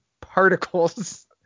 particles